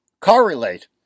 correlate